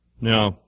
Now